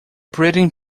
breeding